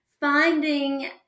finding